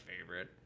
favorite